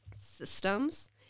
systems